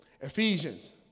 Ephesians